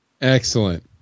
Excellent